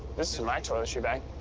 this is my toiletry bag.